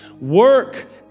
Work